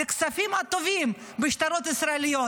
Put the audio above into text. לכספים טובים בשטרות ישראליים.